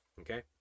okay